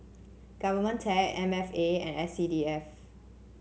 Govtech M F A and S C D F